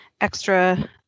extra